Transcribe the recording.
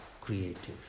creative